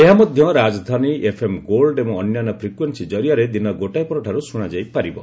ଏହା ମଧ୍ୟ ରାଜଧାନୀ ଏଫ୍ଏମ୍ ଗୋଲ୍ଡ ଏବଂ ଅନ୍ୟାନ୍ୟ ଫ୍ରିକ୍ୱେନ୍ନି କରିଆରେ ଦିନ ଗୋଟାଏ ପରଠାରୁ ଶୁଣାଯାଇ ପାରିବ